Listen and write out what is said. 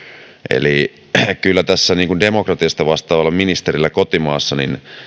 eli kyllä tässä demokratiasta vastaavalla ministerillä kotimaassa